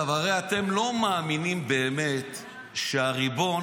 הרי אתם לא מאמינים באמת שהריבון